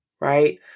right